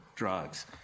drugs